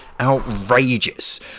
outrageous